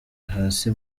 hasi